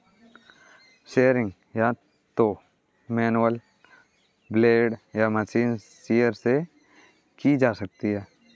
shearing या तो manual blade या मशीन शीयर से की जा सकती है